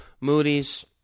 Moody's